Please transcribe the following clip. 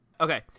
Okay